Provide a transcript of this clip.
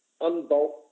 unbolt